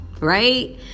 Right